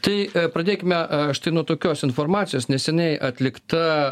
tai pradėkime aš tai nuo tokios informacijos neseniai atlikta